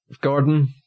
Gordon